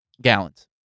gallons